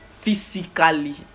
physically